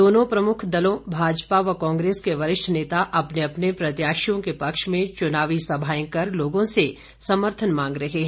दोनों प्रमुख दलों भाजपा व कांग्रेस के वरिष्ठ नेता अपने अपने प्रत्याशियों के पक्ष में चुनावी सभाएं कर लोगों से समर्थन मांग रहे हैं